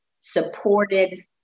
supported